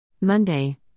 Monday